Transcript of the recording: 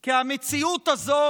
כי המציאות הזו